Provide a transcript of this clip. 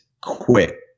quit